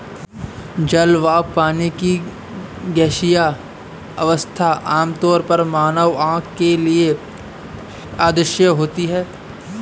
जल वाष्प, पानी की गैसीय अवस्था, आमतौर पर मानव आँख के लिए अदृश्य होती है